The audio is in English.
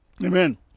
Amen